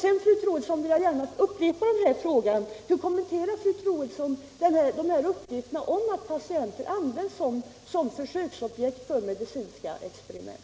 Sedan vill jag gärna upprepa frågan: Hur kommenterar fru Troedsson uppgifterna om att patienter används som försöksobjekt för medicinska experiment?